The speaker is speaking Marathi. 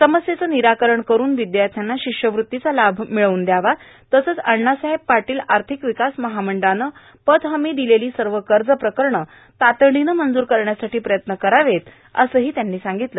समस्येचं निराकरण करून विद्यार्थ्यांना शिष्यवृत्तीचा लाभ मिळवून द्यावा तसंच अणासाहेब पाटील आर्थिक विकास महामंडळानं पत हमी दिलेली सर्व कर्ज प्रकरणं तातडीनं मंजूर करण्यासाठी प्रयत्न करावेत असंही त्यांनी सांगितलं